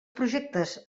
projectes